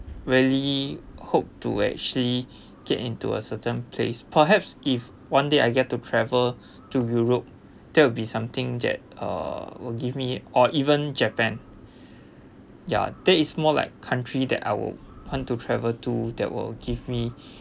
really hope to actually get into a certain place perhaps if one day I get to travel to europe that would be something that uh will give me or even japan ya that is more like country that I would want to travel to that will give me